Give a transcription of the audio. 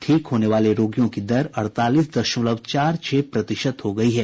ठीक होने वाले रोगियों की दर अड़तालीस दशमलव चार छह प्रतिशत हो गई है